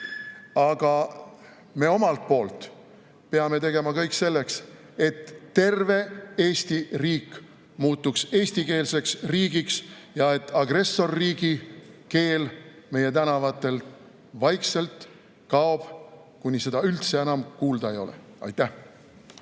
Aga me omalt poolt peame tegema kõik selleks, et terve Eesti riik muutuks eestikeelseks riigiks ja et agressorriigi keel meie tänavatelt vaikselt kaoks, kuni seda üldse enam kuulda ei ole. Aitäh!